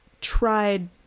tried